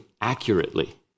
accurately